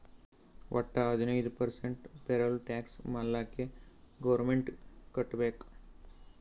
ವಟ್ಟ ಹದಿನೈದು percent payroll tax ಮಾಲ್ಲಾಕೆ ಗೌರ್ಮೆಂಟ್ಗ್ ಕಟ್ಬೇಕ್